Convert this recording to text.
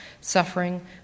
suffering